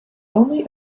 only